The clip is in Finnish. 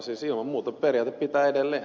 siis ilman muuta periaate pitää edelleen